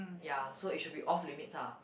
ya so it should be off limits ah